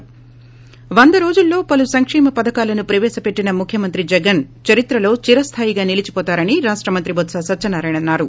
ి వందరోజుల్లో పలు సంకేమ పథకాలు ప్రవేశపెట్టిన ముఖ్యమంత్రి జగన్ చరిత్రలో చిరస్దాయిగా నిలిచిపోతారని రాష్ట మంత్రి బొత్స సత్వనారాయణ అన్నారు